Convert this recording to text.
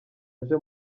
aje